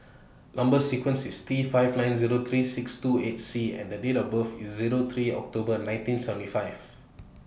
Number sequence IS T five nine Zero three six two eight C and The Date of birth IS Zero three October nineteen seventy five